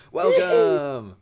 welcome